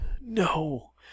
no